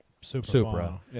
Supra